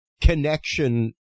connection